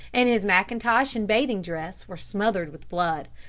and his mackintosh and bathing dress were smothered with blood.